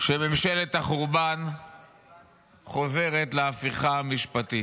שממשלת החורבן חוזרת להפיכה המשפטית.